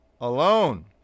alone